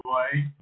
Boy